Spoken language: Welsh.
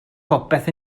popeth